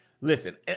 Listen